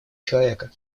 человека